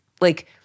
like-